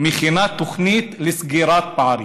מכינה תוכנית לסגירת פערים.